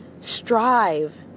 strive